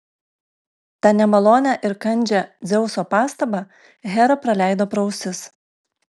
tą nemalonią ir kandžią dzeuso pastabą hera praleido pro ausis